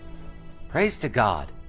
praise to god!